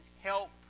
help